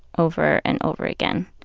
over and over again.